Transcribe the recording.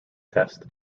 test